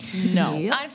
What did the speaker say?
No